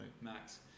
max